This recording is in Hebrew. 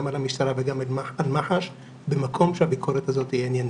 על המשטרה וגם על מח"ש במקום שהביקורת הזאת עניינית.